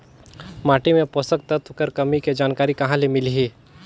माटी मे पोषक तत्व कर कमी के जानकारी कहां ले मिलही?